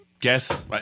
guess